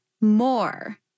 more